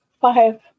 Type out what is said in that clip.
five